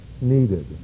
needed